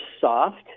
soft